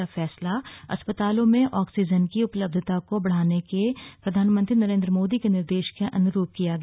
यह फैसला अस्पतालों में ऑक्सीजन की उपलब्धता बढ़ाने के प्रधानमंत्री नरेन्द्र मोदी के निर्देश के अनुरूप किया गया